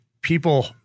people